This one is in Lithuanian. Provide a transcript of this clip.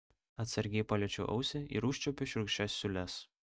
atsargiai paliečiu ausį ir užčiuopiu šiurkščias siūles